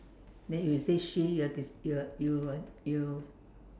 then if you say she you are des~ you are you are you